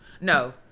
no